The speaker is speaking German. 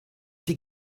die